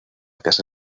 casa